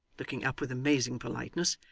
looking up with amazing politeness,